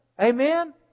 Amen